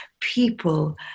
people